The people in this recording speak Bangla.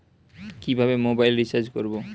কিভাবে মোবাইল রিচার্জ করব?